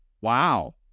Wow